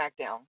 SmackDown